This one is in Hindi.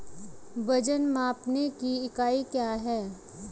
वजन मापने की इकाई क्या है?